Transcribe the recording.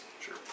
Sure